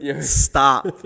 Stop